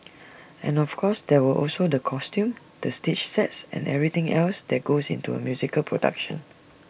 and of course there were also the costumes the stage sets and everything else that goes into A musical production